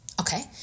Okay